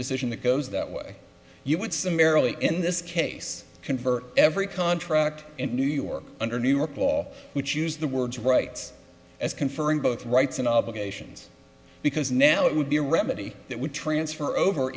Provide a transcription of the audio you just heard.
decision that goes that way you would summarily in this case confer every contract in new york under new york law which use the words rights as conferring both rights and obligations because now it would be a remedy that would transfer over